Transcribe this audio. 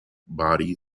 body